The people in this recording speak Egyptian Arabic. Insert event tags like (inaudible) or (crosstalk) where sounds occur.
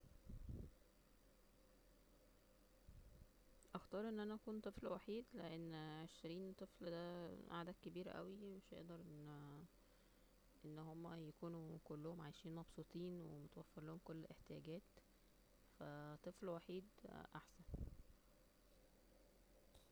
(noise) اختار ان انا اكون طفل وحيد, لان عشرين طفل دا عدد كبير اوىو مش هنقدر ان -اه -يكونوا كلهم عايشين مبسوطين ومتوفر ليهم كل الاحتياجات, فا طفل وحيد احسن